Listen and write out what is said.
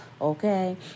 okay